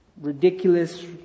ridiculous